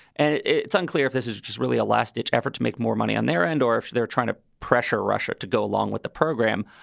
and it's unclear if this is just really a last ditch effort to make more money on their end or if they're trying to pressure russia to go along with the program.